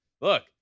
look